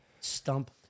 stump